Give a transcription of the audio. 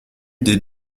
des